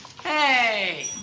Hey